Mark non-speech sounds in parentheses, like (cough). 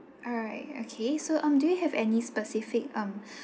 alright okay so um do you have any specific um (breath)